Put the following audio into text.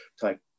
type